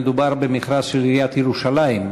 מדובר במכרז של עיריית ירושלים,